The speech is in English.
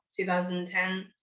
2010